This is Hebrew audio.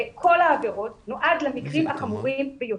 בכל העבירות נועד למקרים החמורים ביותר.